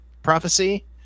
prophecy